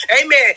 amen